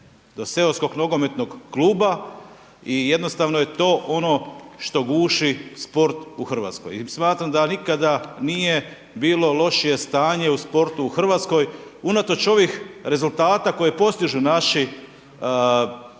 do seoskog nogometnog kluba i jednostavno je to ono što guši sport u Hrvatskoj. I smatram da nikada nije bilo lošije stanje u sportu u Hrvatskoj, unatoč ovih rezultata koje postižu naši